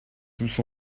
tous